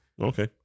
Okay